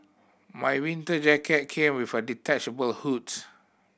my winter jacket came with a detachable hoods